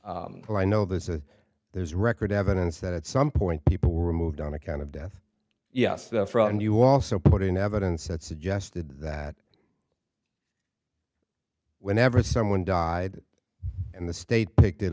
but i know there's a there's record evidence that at some point people were moved on account of death yes the fraud and you also put in evidence that suggested that whenever someone died and the state picked it